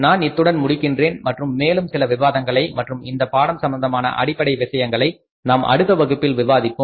நான் இத்துடன் முடிக்கின்றேன் மற்றும் மேலும் சில விவாதங்களை மற்றும் இந்த பாடம் சம்பந்தமான அடிப்படை விஷயங்களை நாம் அடுத்த வகுப்பில் விவாதிப்போம்